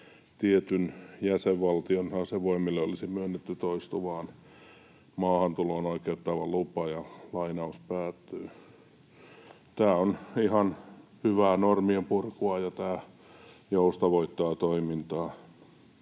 tietyn jäsenvaltion asevoimille olisi myönnetty toistuvaan maahantuloon oikeuttava lupa.” Tämä on ihan hyvää normien purkua, ja tämä joustavoittaa toimintaa.